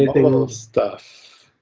the mobile stuff.